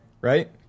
right